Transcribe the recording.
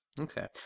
Okay